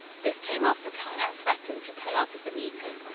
this came after pyongyang threatened to pull out of the meeting,